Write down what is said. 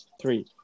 three